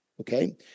okay